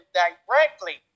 directly